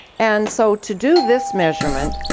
and so to do this measurement,